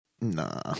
Nah